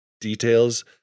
details